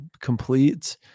complete